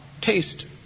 taste